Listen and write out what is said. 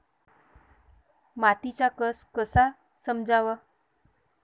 मातीचा कस कसा समजाव?